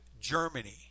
Germany